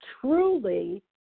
truly